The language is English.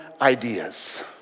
ideas